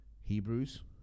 Hebrews